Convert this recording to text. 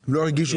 להגיש,